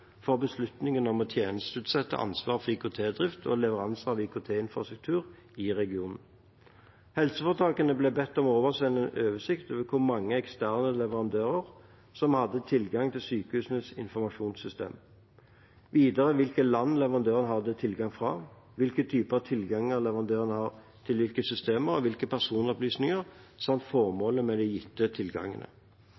for beslutningen om å tjenesteutsette ansvaret for IKT-drift og leveranse av IKT-infrastruktur i regionen. Helseforetakene ble bedt om å oversende en oversikt over hvor mange eksterne leverandører som hadde tilgang til sykehusenes informasjonssystem, videre hvilke land leverandørene har tilgang fra, hvilke typer tilganger leverandørene har til hvilke systemer og til hvilke personopplysninger, samt